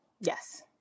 yes